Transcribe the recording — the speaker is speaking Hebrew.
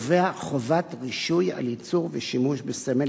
קובע חובת רישוי על ייצור ושימוש בסמל